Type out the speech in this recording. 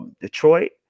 Detroit